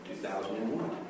2001